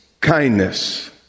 kindness